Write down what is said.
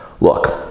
Look